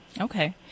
Okay